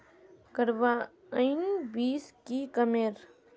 Carbine बीस की कमेर?